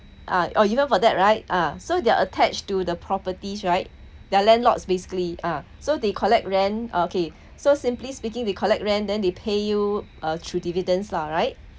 ah or even for that right ah so they're attached to the properties right their landlords basically ah so they collect rent okay so simply speaking we collect rent then they pay you uh through dividends lah right